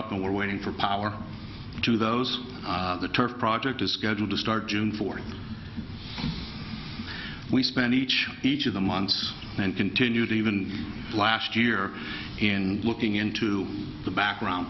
up and we're waiting for power to those the turf project is scheduled to start june fourth we spent each each of the months and continued even last year in looking into the background